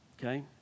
Okay